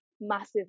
massive